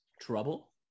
trouble